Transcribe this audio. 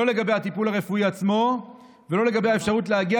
לא לגבי הטיפול הרפואי עצמו ולא לגבי האפשרות להגיע